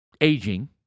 aging